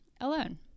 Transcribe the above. alone